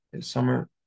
summer